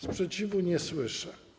Sprzeciwu nie słyszę.